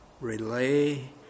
relay